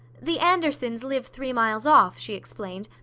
the andersons live three miles off, she explained,